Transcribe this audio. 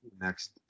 next